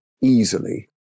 easily